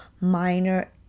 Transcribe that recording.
minor